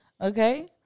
Okay